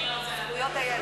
זכויות הילד.